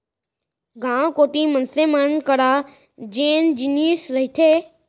गाँव कोती मनसे मन करा जेन जिनिस रहिथे